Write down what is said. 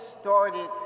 started